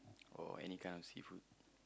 or any kind of seafood